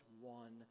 one